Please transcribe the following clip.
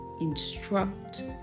instruct